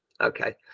okay